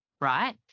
right